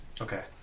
Okay